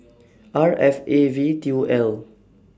R F A V two L